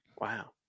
Wow